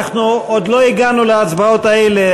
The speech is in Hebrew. אנחנו עוד לא הגענו להצבעות האלה,